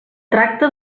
tracta